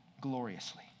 gloriously